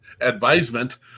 advisement